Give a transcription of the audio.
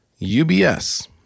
UBS